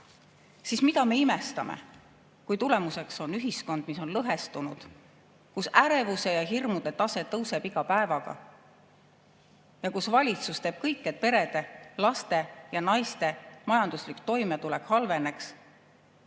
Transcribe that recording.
siis mida me imestame, kui tulemuseks on ühiskond, mis on lõhestunud, kus ärevuse ja hirmu tase tõuseb iga päevaga ja kus valitsus teeb kõik, et perede, laste ja naiste majanduslik toimetulek halveneks.